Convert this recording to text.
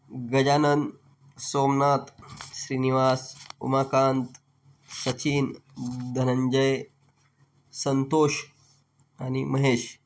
गजानन सोमनाथ स्रीनिवास उमाकांत सचिन धनंजय संतोष आणि महेश